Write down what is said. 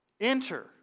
Enter